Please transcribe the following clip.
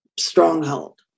stronghold